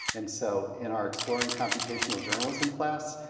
and so in our exploring computational journalism class,